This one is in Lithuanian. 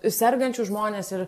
sergančius žmones ir